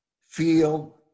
feel